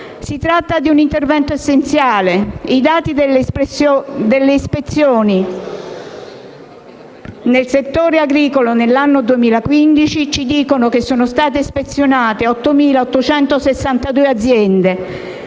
Si tratta di un intervento essenziale. I dati delle ispezioni nel settore agricolo nell'anno 2015 ci dicono che sono state ispezionate 8.662 aziende